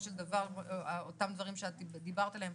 של דבר לאותם דברים שאת דיברת עליהם,